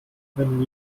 wenn